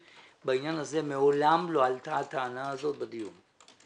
בעניין הזה מעולם לא עלתה הטענה הזאת בדיון.